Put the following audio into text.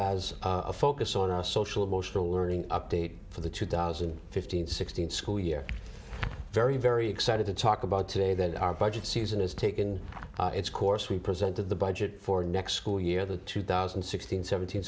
a focus on our social emotional learning update for the two thousand and fifteen sixteen school year very very excited to talk about today that our budget season has taken its course we presented the budget for next school year the two thousand and sixteen seventeen